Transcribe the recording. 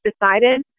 decided